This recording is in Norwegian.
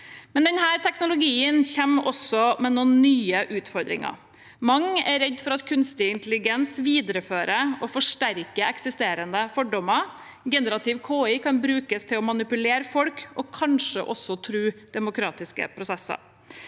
Denne teknologien kommer også med noen nye utfordringer. Mange er redd for at kunstig intelligens viderefører og forsterker eksisterende fordommer. Generativ KI kan brukes til å manipulere folk og kanskje også true demokratiske prosesser.